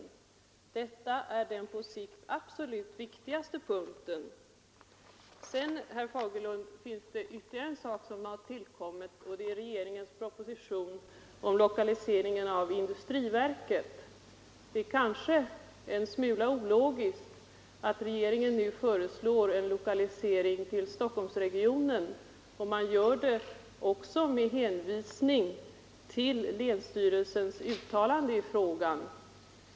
Detta är den på sikt absolut viktigaste punkten.” Dessutom, herr Fagerlund, har det tillkommit ytterligare en sak, och det är regeringens proposition om lokalisering av industriverket. Det är kanske en smula ologiskt att regeringen nu föreslår en lokalisering till Stockholmsregionen, och man gör det också med hänvisning till länsstyrelsens uttalande i frågan.